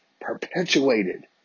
perpetuated